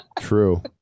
True